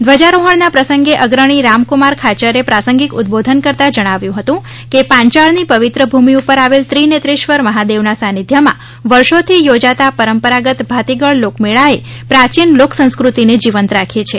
ધ્વજારોહણના પ્રસંગે અગ્રણી રામકુમાર ખાચરે પ્રાસંગિક ઉદ્દબોધન કરતા જણાવ્યું હતું કે પાંચાળની પવિત્ર ભૂમિ ઉપર આવેલ ત્રિનેત્રેશ્વર મહાદેવના સાનિધ્યમાં વર્ષોથી યોજાતા પરંપરાગત ભાતીગળ લોકમેળાએ પ્રાચીન લોકસંસ્ક્રતિને જીવંત રાખી છે